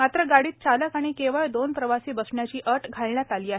मात्र गाडीत चालक आणि केवळ दोन प्रवासी बसण्याची अट घालण्यात आली आहे